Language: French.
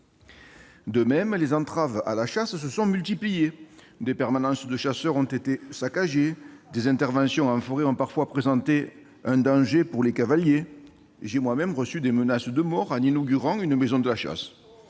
De même, les entraves à la chasse se sont multipliées : des permanences de chasseurs ont été saccagées, des interventions en forêt ont parfois présenté un danger pour les cavaliers ... J'ai moi-même reçu des menaces de mort en inaugurant une maison de la chasse,